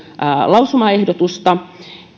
lausumaehdotusta